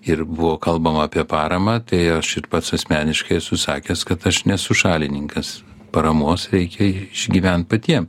ir buvo kalbama apie paramą tai aš ir pats asmeniškai esu sakęs kad aš nesu šalininkas paramos reikia išgyvent patiem